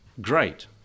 great